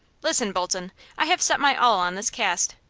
listen, bolton i have set my all on this cast.